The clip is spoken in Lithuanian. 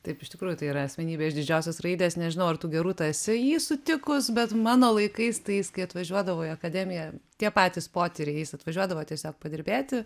taip iš tikrųjų tai yra asmenybė iš didžiosios raidės nežinau ar tu gerūta esi jį sutikus bet mano laikais tai jis kai atvažiuodavo į akademiją tie patys potyriais jis atvažiuodavo tiesiog padirbėti